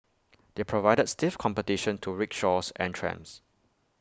they provided stiff competition to rickshaws and trams